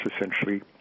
essentially